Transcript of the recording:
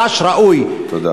ולבנות מתקן חדש ראוי, תודה.